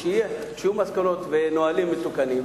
כשיהיו מסקנות ונהלים מתוקנים,